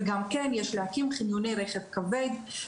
וגם כן יש להקים חניוני רכב כבד.